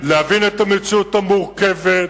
להבין את המציאות המורכבת,